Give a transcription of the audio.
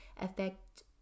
affect